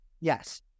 Yes